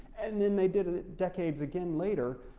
and then they did decades again later,